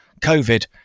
COVID